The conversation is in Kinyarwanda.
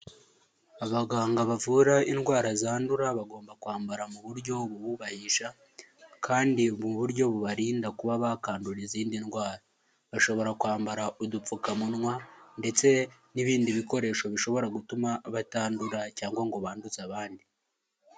Abaganga bavura indwara zandura bagomba kwambara mu buryo bububahisha kandi mu buryo bubarinda kuba bakandura izindi ndwara, bashobora kwambara udupfukamunwa ndetse n'ibindi bikoresho bishobora gutuma batandura cyangwa ngo banduze abandi.